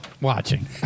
Watching